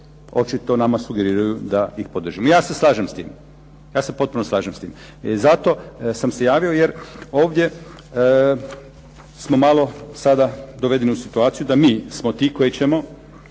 očito nama sugeriraju da ih podržimo. Ja se slažem s tim, ja se potpuno slažem s tim, i zato sam se javio jer ovdje smo malo sada dovedeni u situaciju da mi smo ti koji ćemo